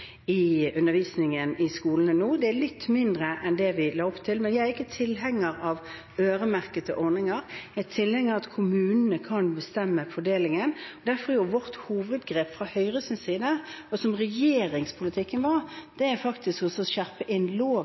litt færre enn det vi la opp til, men jeg er ikke tilhenger av øremerkede ordninger. Jeg er tilhenger av at kommunene kan bestemme fordelingen, og derfor er vårt hovedgrep fra Høyres side – som også er regjeringens politikk – å skjerpe inn